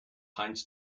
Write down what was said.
heinz